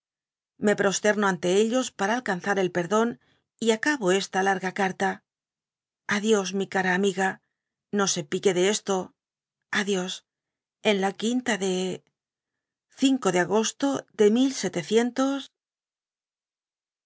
pros temo ante ellos para alcanzar perdón y acabo esta larga carta a dios mi cara amiga no se pique de esto a dios n li quinta de de agosto de